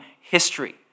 history